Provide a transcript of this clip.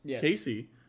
Casey